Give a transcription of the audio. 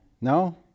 No